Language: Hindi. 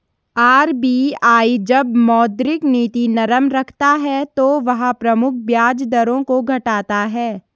आर.बी.आई जब मौद्रिक नीति नरम रखता है तो वह प्रमुख ब्याज दरों को घटाता है